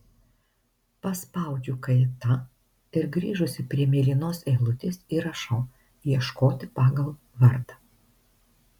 paspaudžiu kaita ir grįžusi prie mėlynos eilutės įrašau ieškoti pagal vardą